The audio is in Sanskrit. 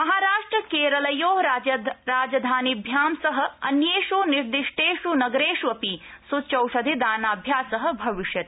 महाराष्ट्र केरलयो राजधानीभ्यां सह अन्येष् निर्दिष्टेष् नगरेष् अपि सूच्यौषधे दानाभ्यास भविष्यति